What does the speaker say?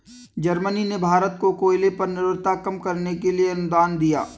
Germany ने भारत को कोयले पर निर्भरता कम करने के लिए अनुदान दिया